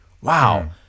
Wow